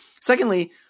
Secondly